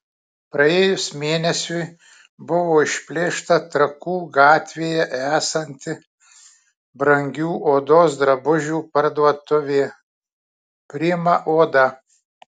praėjus mėnesiui buvo išplėšta trakų gatvėje esanti brangių odos drabužių parduotuvė prima oda